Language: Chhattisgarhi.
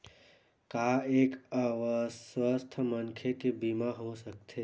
का एक अस्वस्थ मनखे के बीमा हो सकथे?